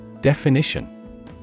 Definition